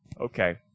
okay